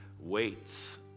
waits